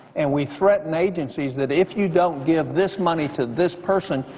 and we threaten agencies that if you don't give this money to this person,